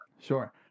Sure